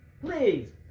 please